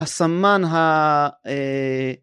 הסמן ה.. אה...